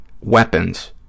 weapons